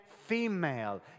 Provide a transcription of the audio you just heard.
female